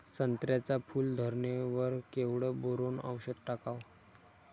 संत्र्याच्या फूल धरणे वर केवढं बोरोंन औषध टाकावं?